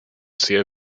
sehr